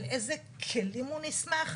על איזה כלים הוא נסמך,